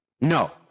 No